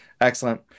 Excellent